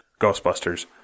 Ghostbusters